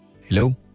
Hello